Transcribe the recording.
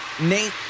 Nate